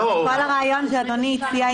כל הרעיון שאדוני הציע,